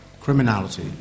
Criminality